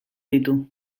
ditu